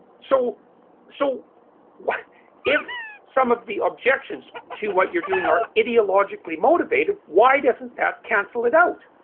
so so what if some of the objections to what you're doing are ideologically motivated. why doesn't that cancel it out?